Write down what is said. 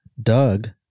Doug